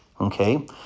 Okay